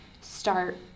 start